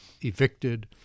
evicted